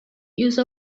use